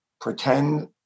pretend